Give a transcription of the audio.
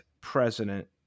president